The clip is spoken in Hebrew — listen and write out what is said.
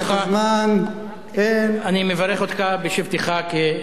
אני מברך אותך בשבתך כיושב-ראש הישיבה, תודה.